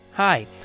Hi